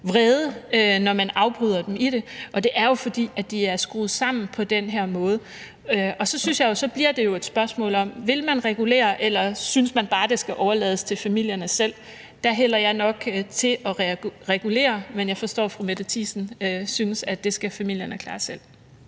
vrede, når man afbryder dem i det? Det er jo, fordi de er skruet sammen på den her måde. Så synes jeg jo, det bliver et spørgsmål om: Vil man regulere, eller synes man bare, det skal overlades til familierne selv? Der hælder jeg nok mest til at regulere, men jeg forstår, at fru Mette Thiesen synes, at det skal familierne klare selv.